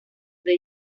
the